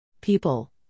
People